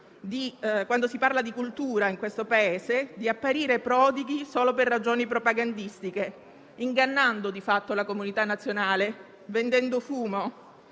quando si parla di cultura in questo Paese, di apparire prodighi solo per ragioni propagandistiche, ingannando di fatto la comunità nazionale, vendendo fumo,